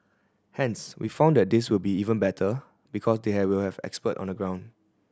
hence we found that this will be even better because they have will have expert on the ground